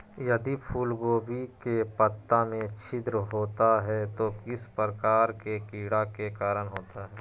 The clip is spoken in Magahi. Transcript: यदि फूलगोभी के पत्ता में छिद्र होता है तो किस प्रकार के कीड़ा के कारण होता है?